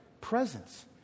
presence